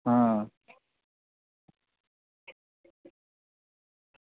आं